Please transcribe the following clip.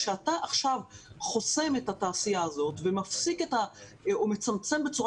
כשאתה עכשיו חוסם את התעשייה הזאת ומפסיק או מצמצם בצורה